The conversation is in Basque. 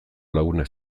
lagunak